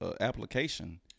application